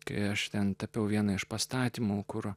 kai aš ten tapiau vieną iš pastatymų kur